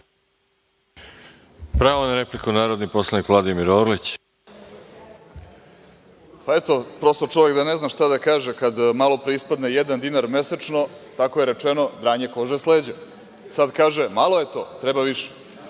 Pravo na repliku ima narodni poslanik Vladimir Orlić. **Vladimir Orlić** Eto, prosto čovek da ne zna šta da kaže, kada malopre ispadne jedan dinar mesečno, tako je rečeno, dranje kože s leđa. Sada kaže – malo je to, treba